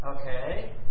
okay